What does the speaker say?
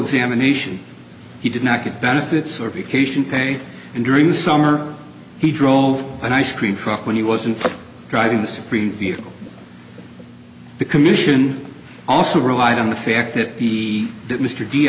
examination he did not get benefits or be patient pay and during the summer he drove an ice cream truck when he wasn't driving the supreme vehicle the commission also relied on the fact that he that mr d